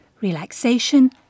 relaxation